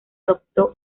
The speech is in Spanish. adoptó